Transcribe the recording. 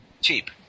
cheap